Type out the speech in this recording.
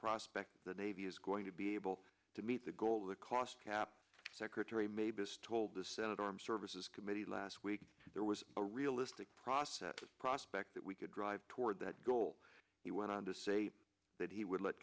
prospect the navy is going to be able to meet the goal of the cost cap secretary maybe told the senate armed services committee last week there was a realistic process prospect that we could drive toward that goal he went on to say that he would let